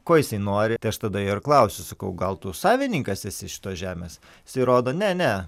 ko jisai nori tai aš tada ir klausiu sakau gal tu savininkas esi šitos žemės jisai rodo ne ne